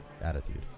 attitude